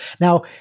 Now